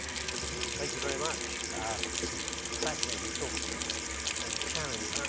thank you very much some fascinating thoughts and challenge. and